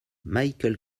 michael